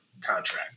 contract